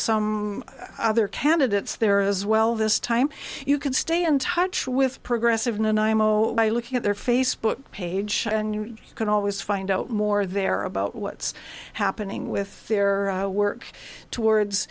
some other candidates there as well this time you can stay in touch with progressive and imo by looking at their facebook page and you can always find more there about what's happening with their work towards